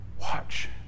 watch